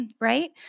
right